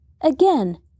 again